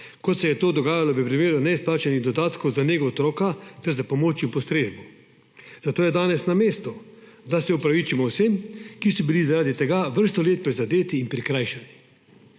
kot se je to dogajalo v primeru neizplačanih dodatkov za nego otroka ter za pomoč in postrežbo. Zato je danes na mestu, da se opravičimo vsem, ki so bili zaradi tega vrsto let prizadeti in prikrajšani.